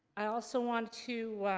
i also want to